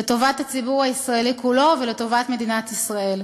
לטובת הציבור הישראלי כולו ולטובת מדינת ישראל.